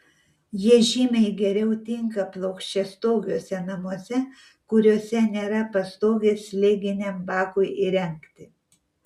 jie žymiai geriau tinka plokščiastogiuose namuose kuriuose nėra pastogės slėginiam bakui įrengti